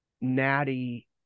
Natty